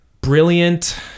brilliant